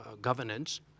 governance